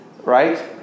Right